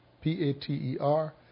P-A-T-E-R